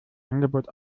angebot